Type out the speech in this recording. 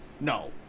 No